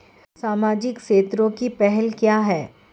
सामाजिक क्षेत्र की पहल क्या हैं?